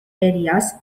areas